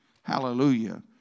Hallelujah